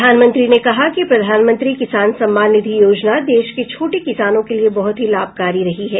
प्रधानमंत्री ने कहा कि प्रधानमंत्री किसान सम्मान निधि योजना देश के छोटे किसानों के लिए बहुत ही लाभकारी रही है